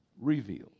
revealed